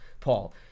Paul